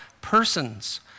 persons